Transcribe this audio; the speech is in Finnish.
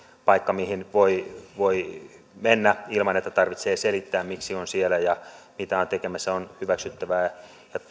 paikkoja mihin voi voi mennä ilman että tarvitsee selittää miksi on siellä ja mitä on tekemässä on hyväksyttävää ja